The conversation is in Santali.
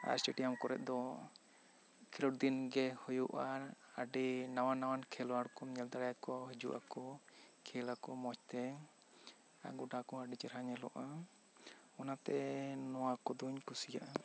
ᱟᱨ ᱤᱥᱴᱮᱰᱤᱭᱟᱢ ᱠᱚᱨᱮ ᱫᱚ ᱠᱷᱮᱞᱳᱰ ᱫᱤᱱ ᱦᱩᱭᱩᱜ ᱟ ᱟᱹᱰᱤ ᱱᱟᱣᱟ ᱱᱟᱣᱟ ᱠᱷᱮᱞᱣᱟᱲ ᱠᱚ ᱧᱮᱞ ᱛᱟᱨᱟᱭᱟᱠᱚ ᱦᱤᱡᱩᱜ ᱟᱠᱚ ᱠᱷᱮᱞ ᱟᱠᱚ ᱢᱚᱡᱽ ᱛᱮ ᱜᱚᱴᱷᱟ ᱠᱚ ᱟᱹᱰᱤ ᱪᱮᱦᱨᱟ ᱧᱮᱞᱟᱜ ᱟ ᱚᱱᱟ ᱛᱮ ᱱᱚᱣᱟ ᱠᱚ ᱫᱩᱧ ᱠᱩᱥᱤᱭᱟᱜ ᱟ